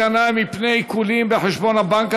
הגנה מפני עיקולים בחשבון הבנק),